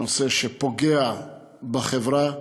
נושא שפוגע בחברה.